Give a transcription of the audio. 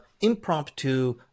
impromptu